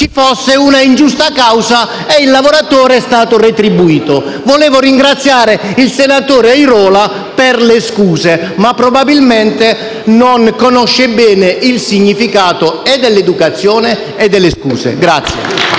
fosse un'ingiusta causa e il lavoratore è stato risarcito. Volevo ringraziare il senatore Airola per le scuse, ma probabilmente non conosce bene il significato, né dell'educazione, né delle scuse.